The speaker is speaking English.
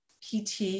PT